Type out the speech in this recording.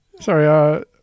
Sorry